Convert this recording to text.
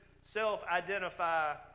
self-identify